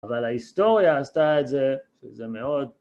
אבל ההיסטוריה עשתה את זה, זה מאוד...